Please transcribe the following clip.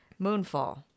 moonfall